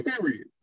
period